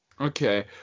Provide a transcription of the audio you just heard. Okay